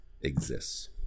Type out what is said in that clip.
exists